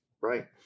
Right